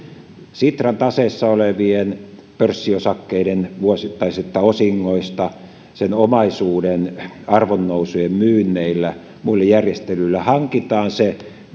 sitran taseessa olevien pörssiosakkeiden vuosittaisista osingoista sen omaisuuden arvonnousujen myynneillä muilla järjestelyillä hankitaan se